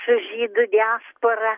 su žydų diaspora